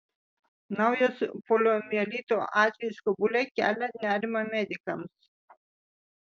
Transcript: naujas poliomielito atvejis kabule kelia nerimą medikams